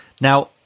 Now